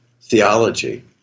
theology